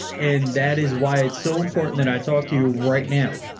and that is why it's so important that i talk to you right now.